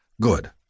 Good